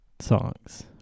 songs